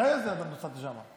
מתי את נוסעת לשם?